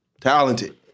Talented